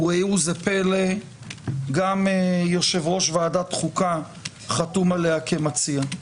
וראו זה פלא גם יושב-ראש ועדת חוקה חתום עליה כמציע.